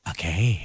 Okay